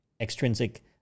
extrinsic